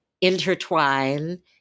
intertwine